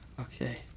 Okay